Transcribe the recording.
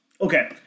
Okay